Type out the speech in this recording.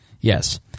Yes